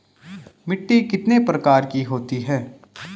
मिट्टी कितने प्रकार की होती है?